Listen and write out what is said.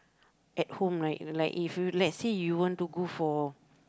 at home right like if you lets say you wanna go for